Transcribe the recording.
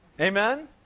Amen